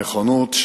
הנכונות,